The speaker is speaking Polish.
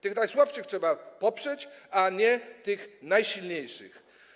Tych najsłabszych trzeba poprzeć, a nie tych najsilniejszych.